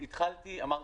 אני התחלתי בכך שאמרתי: